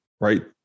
right